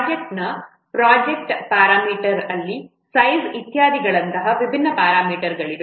ಪ್ರೊಜೆಕ್ಟ್ನ project parameter ಅಲ್ಲಿ size ಇತ್ಯಾದಿಗಳಂತಹ ವಿಭಿನ್ನ ಪ್ಯಾರಾಮೀಟರ್ಗಳಿವೆ